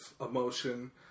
emotion